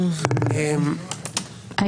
אני